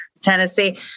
Tennessee